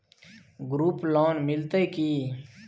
Group loan मिलतै की?